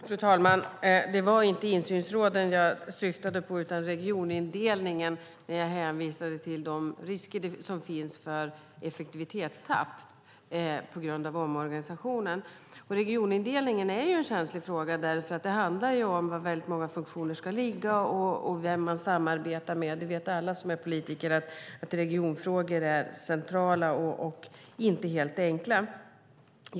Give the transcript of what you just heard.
Fru talman! Det var inte insynsråden jag syftade på utan regionindelningen när jag hänvisade till de risker som finns för effektivitetstapp på grund av omorganisationen. Regionindelningen är en känslig fråga. Det handlar om var många funktioner ska ligga och vem man samarbetar med. Alla politiker vet att regionfrågor är centrala och inte helt enkla.